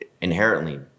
inherently